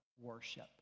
worship